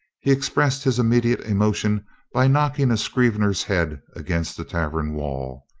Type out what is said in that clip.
he expressed his immediate emo tion by knocking a scrivener's head against the tavern wall,